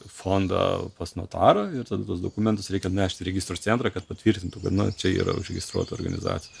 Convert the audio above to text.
fondą pas notarą ir ten tuos dokumentus reikia nešt į registrų centrą kad patvirtintų kad na čia yra užregistruota organizacijos